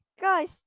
Guys